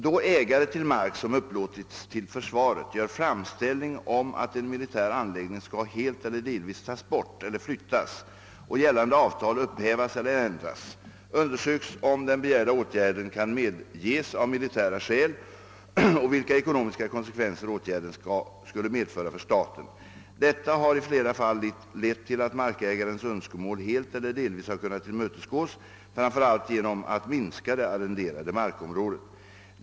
Då ägare till mark, som upplåtits till försvaret, gör framställning om att en militär anläggning skall helt eller delvis tas bort eller flyttas och gällande avtal upphävas eller ändras, undersöks om den begärda åtgärden kan medges av militära skäl och vilka ekonomiska konsekvenser åtgärden skulle medföra för staten. Detta har i flera fall lett till att markägarens önskemål helt eller delvis har kunnat tillmötesgås, framför allt genom att minska det arrenderade markområdet.